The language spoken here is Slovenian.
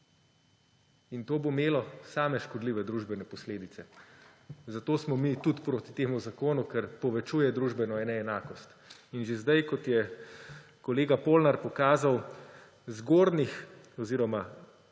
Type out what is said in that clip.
To bo imelo same škodljive družbene posledice. Zato smo mi tudi proti temu zakonu – ker povečuje družbeno neenakost. In že zdaj je, kot je kolega Polnar pokazal, zgornjih oziroma